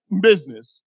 business